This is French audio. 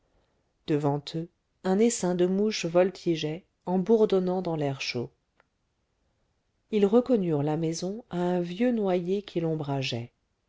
devant eux un essaim de mouches voltigeait en bourdonnant dans l'air chaud ils reconnurent la maison à un vieux noyer qui l'ombrageait